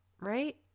Right